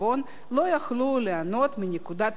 לא יכלו ליהנות מנקודת הזיכוי,